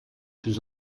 plus